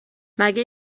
مگه